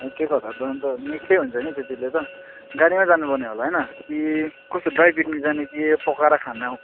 एक एक हजार त अन्त निकै हुन्छ नि त्यतिले त गाडीमा जानुपर्ने होला होइन कि कसो ड्राई पिकनिक जाने कि पकाएर खाने हौ